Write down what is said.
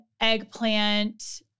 eggplant